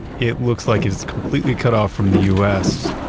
it looks like it is completely cut off from the u s,